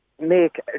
make